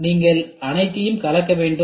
எனவே நீங்கள் அனைத்தையும் கலக்க வேண்டும்